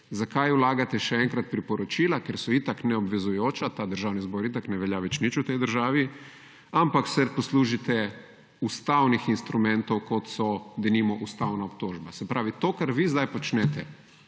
zakaj vlagate še enkrat priporočila, ker so itak neobvezujoča. Ta Državni zbor itak ne velja več nič v tej državi, ampak se poslužite ustavnih instrumentov kot so denimo ustavna obtožba. Se pravi to, kar vi sedaj počnete